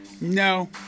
No